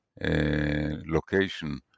location